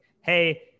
hey